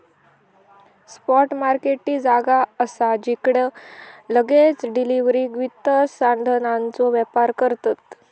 spot market ती जागा असा जिकडे लगेच डिलीवरीक वित्त साधनांचो व्यापार करतत